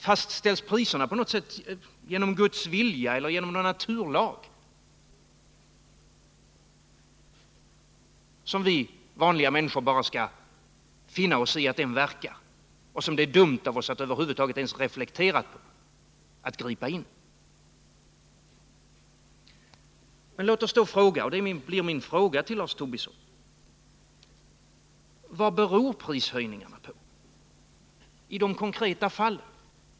Fastställs priserna på något sätt genom guds vilja eller på grund av någon naturlag som vi vanliga människor bara har att finna oss i att den verkar och som gör att det är dumt av oss att ens reflektera på att gripa in? Min fråga till Lars Tobisson blir då: Vad beror prishöjningarna på i de konkreta fallen?